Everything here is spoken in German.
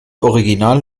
original